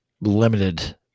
limited